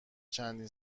چندین